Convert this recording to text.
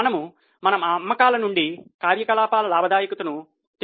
మనము మన అమ్మకాల నుండి కార్యకలాపాల లాభదాయకతను తెలుసుకోవచ్చు